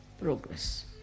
progress